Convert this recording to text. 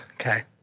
okay